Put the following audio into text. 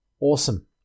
Awesome